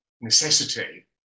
necessity